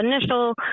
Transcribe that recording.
initial